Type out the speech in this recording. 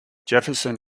jefferson